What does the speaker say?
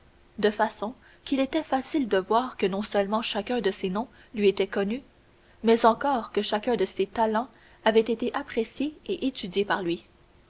de façon qu'il était facile de voir que non seulement chacun de ces noms lui était connu mais encore que chacun de ces talents avait été apprécié et étudié par lui